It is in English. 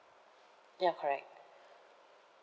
ya correct